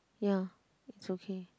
ya it's okay